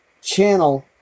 channel